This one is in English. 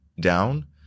down